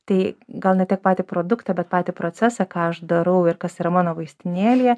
tai gal ne tiek patį produktą bet patį procesą ką aš darau ir kas yra mano vaistinėlėje